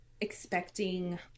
expecting